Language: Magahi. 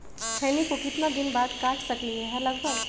खैनी को कितना दिन बाद काट सकलिये है लगभग?